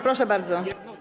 Proszę bardzo.